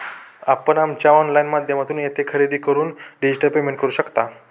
आपण आमच्या ऑनलाइन माध्यमातून येथे खरेदी करून डिजिटल पेमेंट करू शकता